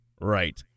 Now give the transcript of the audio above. right